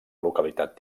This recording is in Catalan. localitat